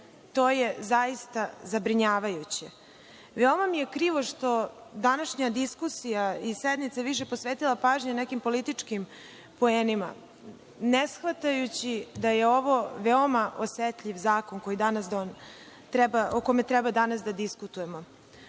To je zaista zabrinjavajuće. Veoma mi je krivo što je današnja diskusija i sednica više posvetila pažnje neki političkim poenima, ne shvatajući da je ovo veoma osetljiv zakon o kome treba danas da diskutujemo.